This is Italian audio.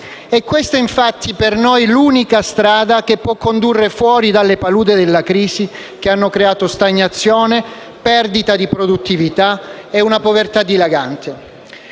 è questa per noi l'unica strada che può condurre fuori dalle paludi della crisi che hanno creato stagnazione, perdita di produttività e povertà dilagante.